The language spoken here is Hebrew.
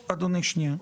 אדוני, שנייה.